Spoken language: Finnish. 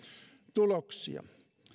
tuloksia